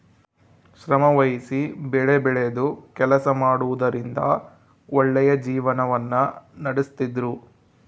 ಶ್ರಮವಹಿಸಿ ಬೆಳೆಬೆಳೆದು ಕೆಲಸ ಮಾಡುವುದರಿಂದ ಒಳ್ಳೆಯ ಜೀವನವನ್ನ ನಡಿಸ್ತಿದ್ರು